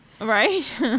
Right